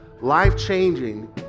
Life-changing